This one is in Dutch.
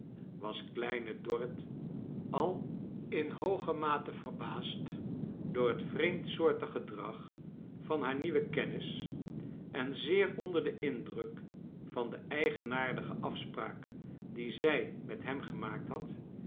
was kleine dorrit al in hooge mate verbaasd door net vreemdsoortig gedrag van haar nieuwen kennis en zeer onder den indruk van de eigenaardige afspraak die zij met hem gemaakt had